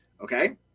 Okay